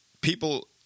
people